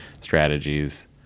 strategies